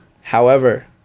However-